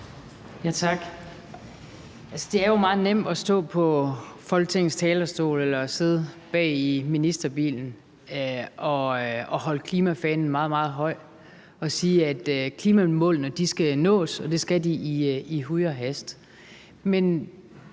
Tak. Det er jo meget nemt at stå på Folketingets talerstol eller sidde bag i ministerbilen og holde klimafanen meget, meget højt og sige, at klimamålene skal nås, og at det skal de i huj og hast.